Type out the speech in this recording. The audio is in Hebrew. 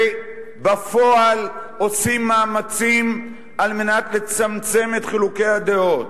ובפועל עושים מאמצים על מנת לצמצם את חילוקי הדעות,